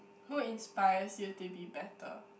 who inspires you to be better